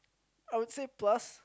I would say plus